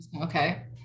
Okay